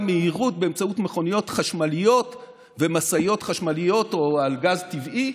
מהירות באמצעות מכוניות חשמליות ומשאיות חשמליות או על גז טבעי,